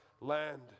land